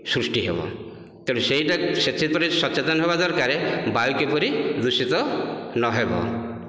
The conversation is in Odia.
ସୃଷ୍ଟି ହେଵ ତେଣୁ ସେଇଟା ସେଥିପ୍ରତି ସଚେତନ ହେବା ଦରକାର ବାୟୁ କିପରି ଦୂଷିତ ନହେବ